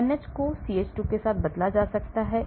NH को CH2 से बदला जा सकता है